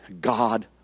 God